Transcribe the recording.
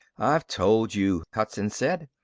i've told you, hudson said.